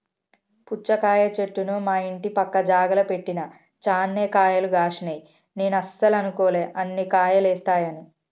పుచ్చకాయ చెట్టును మా ఇంటి పక్క జాగల పెట్టిన చాన్నే కాయలు గాశినై నేను అస్సలు అనుకోలే అన్ని కాయలేస్తాయని